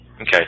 Okay